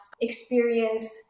experience